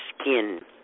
skin